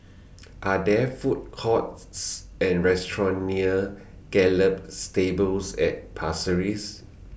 Are There Food Courts Or restaurants near Gallop Stables At Pasir Ris